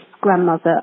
grandmother